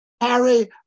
Harry